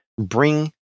bring